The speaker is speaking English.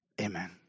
Amen